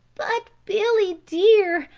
but, billy dear,